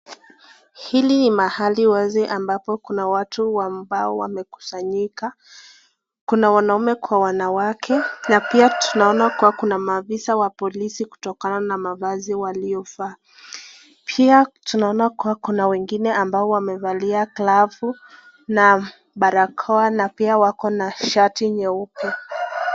Hapa ni mahali wazi ambapo kuna watu wamekusanyika, Kuna wanaume kwa wanawake na pia tunaona kuwa kuna maafisa wa polisi kutokana na mavazi walio vaa. Pia tunaona kuwa kuna wengine ambao wamevalia glavu na barakoa na pia wako na shati nyeupe.